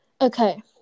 Okay